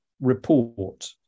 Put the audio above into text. report